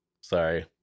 Sorry